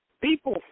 people